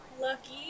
Lucky